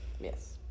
yes